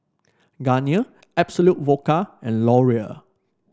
Garnier Absolut Vodka and Laurier